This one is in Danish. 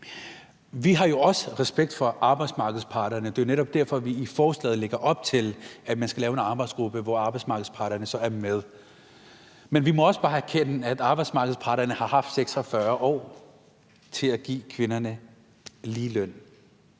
Vi har jo også respekt for arbejdsmarkedets parter, og det er netop derfor, at vi i forslaget lægger op til, at man skal lave en arbejdsgruppe, hvor arbejdsmarkedets parter er med. Men vi må også bare erkende, at arbejdsmarkedets parter har haft 46 år til at give kvinderne ligeløn